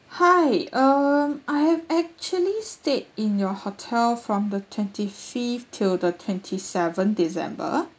hi um I have actually stayed in your hotel from the twenty fifth till the twenty seventh december